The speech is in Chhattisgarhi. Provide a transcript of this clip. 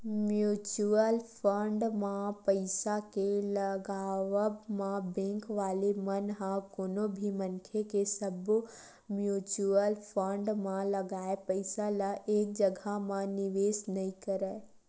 म्युचुअल फंड म पइसा के लगावब म बेंक वाले मन ह कोनो भी मनखे के सब्बो म्युचुअल फंड म लगाए पइसा ल एक जघा म निवेस नइ करय